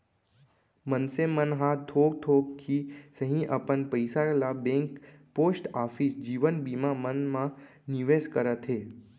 मनसे मन ह थोक थोक ही सही अपन पइसा ल बेंक, पोस्ट ऑफिस, जीवन बीमा मन म निवेस करत हे